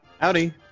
Howdy